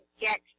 get